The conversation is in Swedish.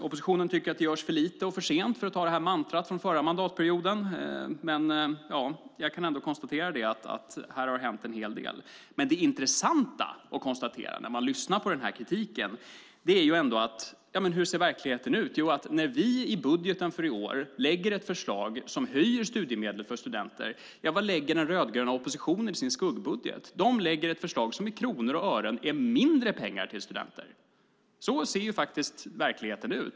Oppositionen tycker att det görs för lite och för sent, för att ta detta mantra från förra mandatperioden. Men jag kan ändå konstatera att det har hänt en hel del i fråga om detta. Men det intressanta att konstatera när man lyssnar på denna kritik är hur verkligheten ser ut. När vi i budgeten för i år lägger fram ett förslag om en höjning av studiemedlen för studenterna, vilket förslag lägger då den rödgröna oppositionen fram i sin skuggbudget? Den lägger fram ett förslag som i kronor och ören innebär mindre pengar till studenterna. Så ser faktiskt verkligheten ut.